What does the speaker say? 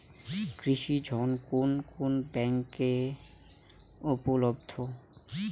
কৃষি ঋণ কোন কোন ব্যাংকে উপলব্ধ?